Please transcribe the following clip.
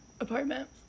apartment